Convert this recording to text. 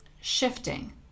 shifting